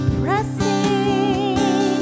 pressing